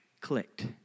clicked